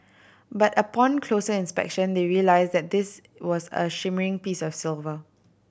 but upon closer inspection they realised that this was a shimmering piece of silver